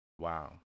Wow